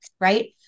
right